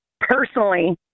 personally